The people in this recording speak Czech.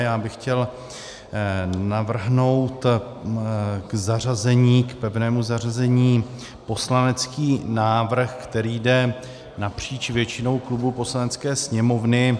Já bych chtěl navrhnout k pevnému zařazení poslanecký návrh, který jde napříč většinou klubů Poslanecké sněmovny.